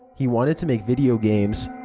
he wanted to make video games.